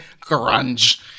grunge